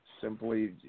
simply